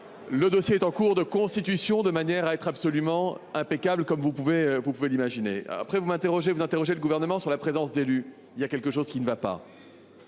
Le dossier est en cours de constitution, de manière à être absolument impeccable comme vous pouvez vous pouvez l'imaginer après vous m'interrogez, vous interrogez le gouvernement sur la présence d'élus, il y a quelque chose qui ne va pas.